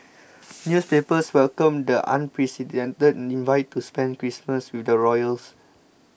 newspapers welcomed the unprecedented invite to spend Christmas with the royals